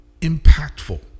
impactful